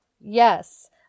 Yes